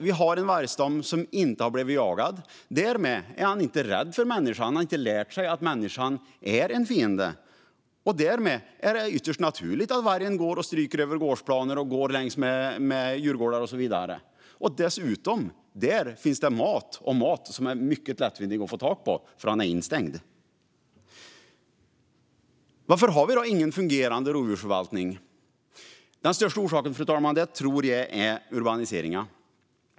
Vi har en vargstam som inte har blivit jagad, och därmed är vargen inte rädd för människan. Den har inte lärt sig att människan är en fiende, och därmed är det ytterst naturligt att vargen stryker över gårdsplaner och går längs med djurhagar och så vidare. Där finns det dessutom mat - mat som är mycket lätt att få tag i eftersom den är instängd. Varför har vi då ingen fungerande rovdjursförvaltning? Den största orsaken, fru talman, tror jag är urbaniseringen.